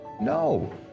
No